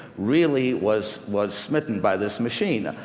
really was was smitten by this machine.